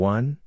One